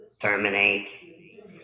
Terminate